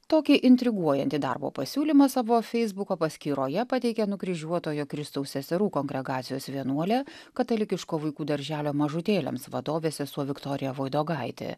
tokį intriguojantį darbo pasiūlymą savo feisbuko paskyroje pateikė nukryžiuotojo kristaus seserų kongregacijos vienuolė katalikiško vaikų darželio mažutėliams vadovė sesuo viktorija voidogaitė